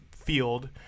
field